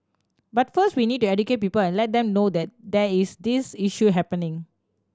but first we need to educate people and let them know that there is this issue happening